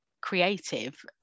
creative